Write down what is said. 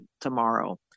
tomorrow